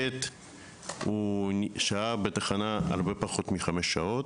ב׳ - הוא שהה בתחנת המשטרה פחות מחמש שעות.